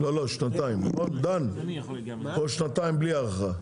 לא לא, שנתיים בלי הארכה.